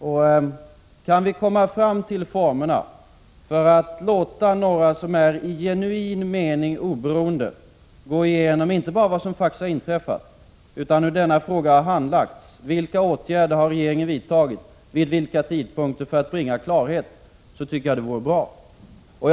Om vi kan komma fram till formerna för att låta några som i genuin mening är oberoende gå igenom inte bara vad som faktiskt har inträffat utan hur denna fråga har handlagts — vilka åtgärder regeringen har vidtagit och vid vilka tidpunkter — för att bringa klarhet, så tycker jag att det vore bra.